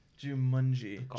Jumanji